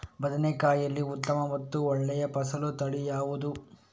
ಬದನೆಕಾಯಿಯಲ್ಲಿ ಉತ್ತಮ ಮತ್ತು ಒಳ್ಳೆಯ ಫಸಲು ತಳಿ ಯಾವ್ದು?